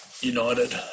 United